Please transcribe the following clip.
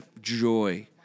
joy